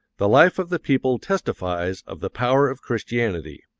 the life of the people testifies of the power of christianity.